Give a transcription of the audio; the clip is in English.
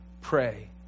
pray